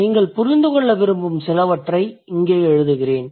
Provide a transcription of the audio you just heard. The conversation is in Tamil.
நீங்கள் புரிந்து கொள்ள விரும்பும் சிலவற்றை இங்கே எழுதுகிறேன்